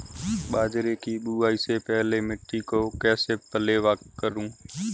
बाजरे की बुआई से पहले मिट्टी को कैसे पलेवा करूं?